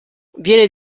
viene